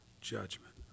judgment